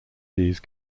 these